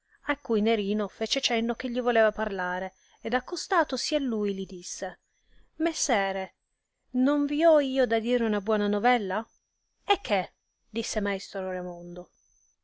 a cui nerino fece di cenno che gli voleva parlare ed accostatosi a lui li disse messere non vi ho io da dire una buona novella e che disse maestro raimondo